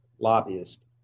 lobbyist